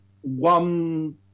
one